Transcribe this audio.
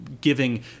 giving